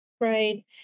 Right